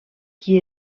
qui